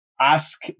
ask